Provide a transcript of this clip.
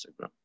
Instagram